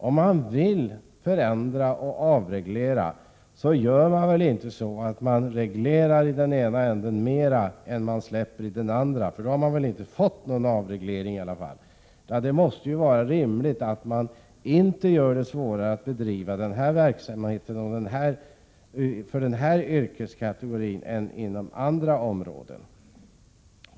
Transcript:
Om man vill förändra och avreglera, skall man väl inte reglera i den ena änden mer än vad man släpper i den andra. Det leder i alla fall inte till någon avreglering. Det måste vara rimligt att inte göra det svårare för en yrkeskategori än för en annan.